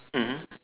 mmhmm